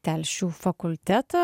telšių fakultetą